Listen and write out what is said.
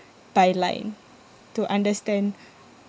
by line to understand